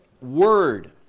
word